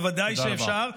בוודאי שאפשר,